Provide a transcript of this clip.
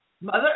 Mother